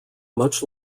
much